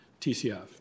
TCF